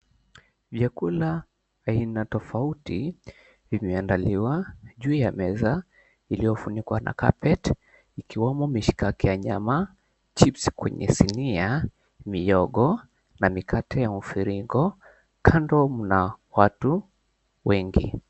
Vyakula aina tofauti zimeandaliwa juu ya meza iliyofunikwa na carpet ikiwemo mishikaki ya nyama, chipsi kwenye sinia, mihogo na mikate ya mviringo, kando mna watu wengi.